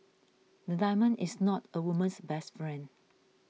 a diamond is not a woman's best friend